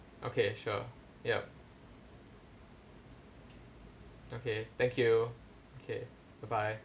okay sure yup okay thank you okay bye bye